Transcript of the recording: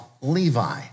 Levi